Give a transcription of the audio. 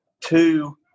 Two